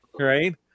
right